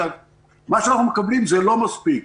מה שאנחנו מקבלים הוא לא מספיק.